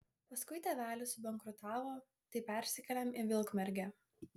paskui tėvelis subankrutavo tai persikėlėm į vilkmergę